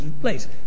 place